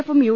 എഫും യു